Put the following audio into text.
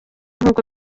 nk’uko